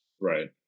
Right